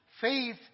Faith